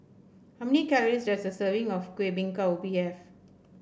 how many calories does a serving of Kueh Bingka Ubi have